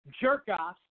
jerk-offs